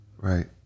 Right